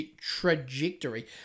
trajectory